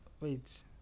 Wait